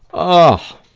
oh!